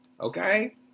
okay